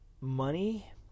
money